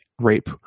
rape